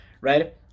right